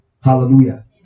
hallelujah